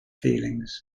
feelings